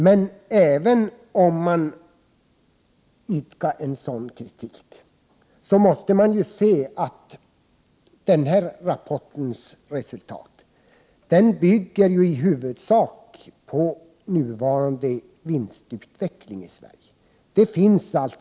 Men även om man uttalar sådan kritik måste man se att den här rapportens resultat bygger i huvudsak på nuvarande vinstutveckling i Sverige. Det finns 109 Prot.